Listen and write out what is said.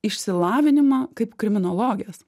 išsilavinimą kaip kriminologės